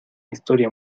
historia